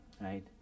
right